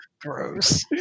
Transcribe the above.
gross